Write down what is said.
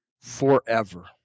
forever